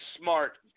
smart